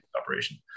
operation